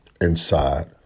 inside